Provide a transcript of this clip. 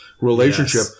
relationship